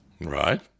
Right